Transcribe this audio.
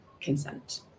consent